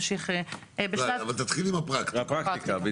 אבל תתחילי עם הפרקטיקה.